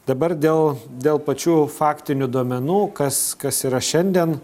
dabar dėl dėl pačių faktinių duomenų kas kas yra šiandien